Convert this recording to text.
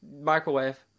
microwave